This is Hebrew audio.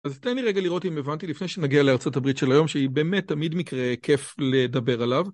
אז תן לי רגע לראות אם הבנתי לפני שנגיע לארצות הברית של היום שהיא באמת תמיד מקרה כיף לדבר עליו.